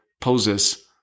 poses